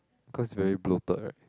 cause very bloated right